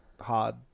hard